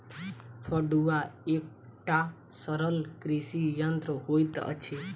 फड़ुआ एकटा सरल कृषि यंत्र होइत अछि